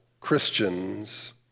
Christians